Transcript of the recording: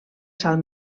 sal